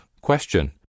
Question